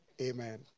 Amen